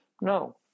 No